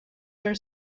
their